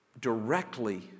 directly